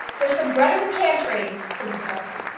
there's some bread in the pantry, said the cook.